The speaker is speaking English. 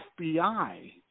FBI